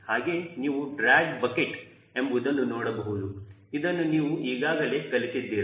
ಹಾಗೆ ನೀವು drag bucket ಎಂಬುದನ್ನು ನೋಡಬಹುದು ಇದನ್ನು ನೀವು ಈಗಾಗಲೇ ಕಲಿತಿದ್ದೀರಾ